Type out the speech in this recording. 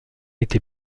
été